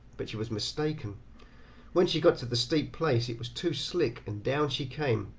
but she was mistaken when she got to the steep place it was too slick and down she came,